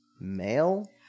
male